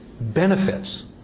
benefits